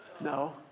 No